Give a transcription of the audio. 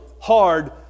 hard